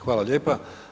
Hvala lijepa.